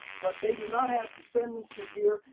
but they do not have descendency here,